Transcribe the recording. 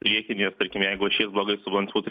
priekinė tarkim jeigu ašis blogai subalansuota